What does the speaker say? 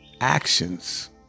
actions